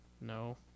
no